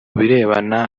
birebana